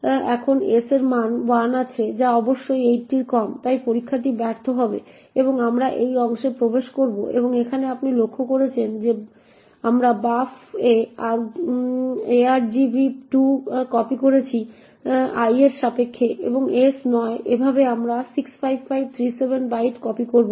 এখন s এর মান 1 আছে যা অবশ্যই 80 এর কম তাই এই পরীক্ষাটি ব্যর্থ হবে এবং আমরা এই অংশে প্রবেশ করব এবং এখানে আপনি লক্ষ্য করবেন যে আমরা buf এ argv2 কপি করছি i এর সাপেক্ষে এবং s নয় এভাবে আমরা 65537 বাইট কপি করব